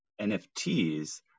NFTs